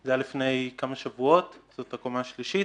זה היה לפני כמה שבועות היא הקומה השלישית.